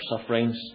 sufferings